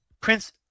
prince